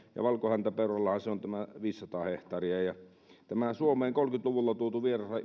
ja valkohäntäpeuralla se on tämä viisisataa hehtaaria tämän suomeen kolmekymmentä luvulla tuodun